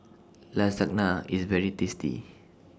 Lasagna IS very tasty